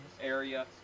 area